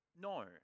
no